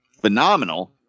phenomenal